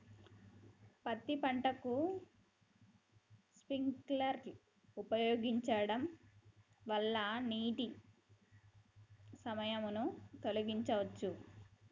పత్తి పంటకు స్ప్రింక్లర్లు ఉపయోగించడం వల్ల నీటి సమస్యను తొలగించవచ్చా?